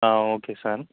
okay sir